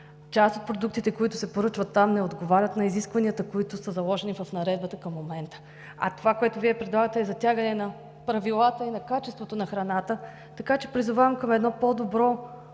Част от продуктите, които се поръчват там, не отговарят на изискванията, които са заложени в Наредбата към момента. Това, което Вие предлагате, е затягане на правилата и на качеството на храната, така че призовавам към един по-добър